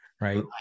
right